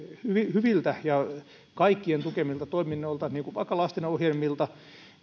hyviltä ja kaikkien tukemilta toiminnoilta niin kuin vaikka lastenohjelmilta